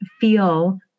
feel